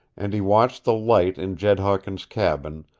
and he watched the light in jed hawkins' cabin,